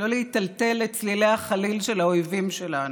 לא להיטלטל לצלילי החליל של האויבים שלנו.